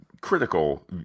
critical